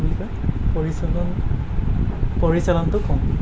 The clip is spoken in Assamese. কি বুলি কয় পৰিচালন পৰিচালনটো কম